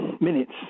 minutes